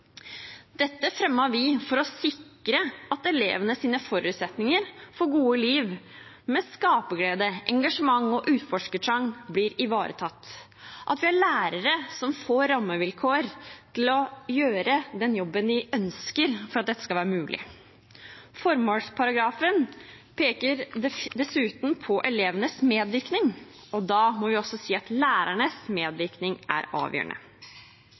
Dette fremmet vi for å sikre at elevenes forutsetninger for gode liv med skaperglede, engasjement og utforskertrang blir ivaretatt, at vi har lærere som får rammevilkår til å gjøre den jobben de ønsker – for at dette skal være mulig. Formålsparagrafen peker dessuten på elevenes medvirkning, og da må vi også si at lærernes medvirkning er avgjørende.